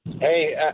Hey